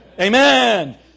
Amen